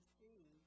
see